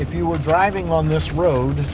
if you were driving on this road,